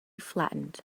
flattened